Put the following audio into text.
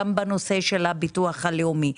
גם בנושא של הביטוח הלאומי,